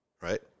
right